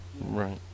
Right